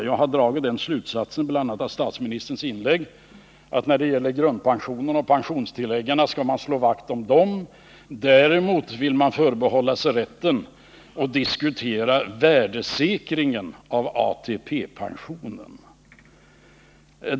Jag har dragit den slutsatsen, bl.a. av statsministerns inlägg, att när det gäller grundpensionerna och pensionstilläggen skall man slå vakt om dem. Däremot vill man förbehålla sig rätten att diskutera värdesäkringen av ATP-pensionen.